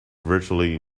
virtually